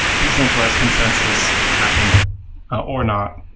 decentralized consensus happen or not.